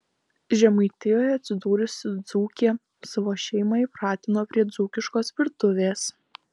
žemaitijoje atsidūrusi dzūkė savo šeimą įpratino prie dzūkiškos virtuvės